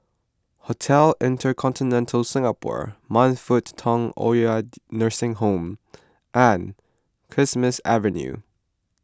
Hotel Intercontinental Singapore Man Fut Tong Oid Nursing Home and Kismis Avenue